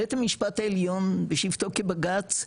בית המשפט העליון בשבתו כבג"צ,